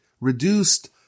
reduced